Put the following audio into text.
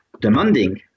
demanding